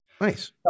nice